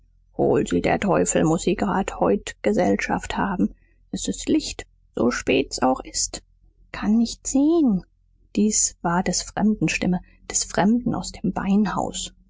hol sie der teufel muß sie grad heut gesellschaft haben s ist licht so spät's auch ist kann nicht sehn dies war des fremden stimme des fremden aus dem beinhaus